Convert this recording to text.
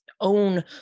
own